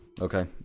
Okay